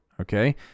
okay